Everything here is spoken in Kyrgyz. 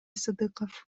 сыдыков